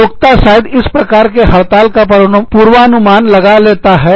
नियोक्ता शायद इस प्रकार के हड़ताल का पूर्वानुमान लगा लेता है